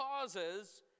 causes